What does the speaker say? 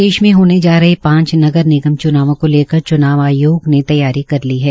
प्रदेश में होने जा रहे पांच नगर निगम च्नावों को लेकर च्नाव आयोग ने तैयारी कर ली है